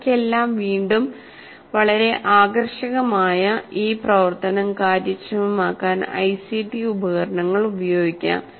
ഇവയ്ക്കെല്ലാം വീണ്ടും വളരെ ആകർഷകമായ ഈ പ്രവർത്തനം കാര്യക്ഷമമാക്കാൻ ഐസിടി ഉപകരണങ്ങൾ ഉപയോഗിക്കാം